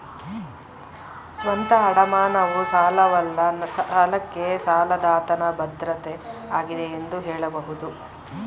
ಸ್ವಂತ ಅಡಮಾನವು ಸಾಲವಲ್ಲ ಸಾಲಕ್ಕೆ ಸಾಲದಾತನ ಭದ್ರತೆ ಆಗಿದೆ ಎಂದು ಹೇಳಬಹುದು